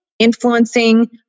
influencing